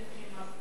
לחבר הכנסת נפאע?